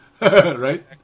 right